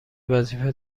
وظیفه